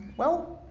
well,